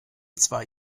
zwar